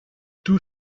tout